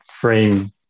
frame